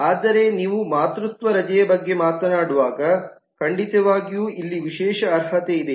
ಆದರೆ ನೀವು ಮಾತೃತ್ವ ರಜೆಯ ಬಗ್ಗೆ ಮಾತನಾಡುವಾಗ ಖಂಡಿತವಾಗಿಯೂ ಇಲ್ಲಿ ವಿಶೇಷ ಅರ್ಹತೆ ಇದೆ